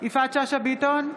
יפעת שאשא ביטון,